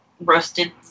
roasted